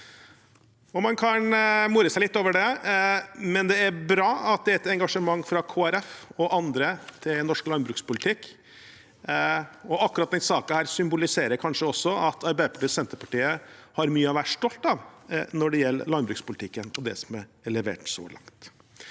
Man kan more seg litt over det, men det er bra at det er et engasjement fra Kristelig Folkeparti og andre for norsk landbrukspolitikk. Akkurat denne saken symboliserer kanskje også at Arbeiderpartiet og Senterpartiet har mye å være stolt av når det gjelder landbrukspolitikken og det som er levert så langt.